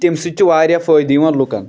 تَمہِ سۭتۍ چھُ واریاہ فٲیدٕ یِوان لُکن